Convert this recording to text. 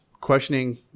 questioning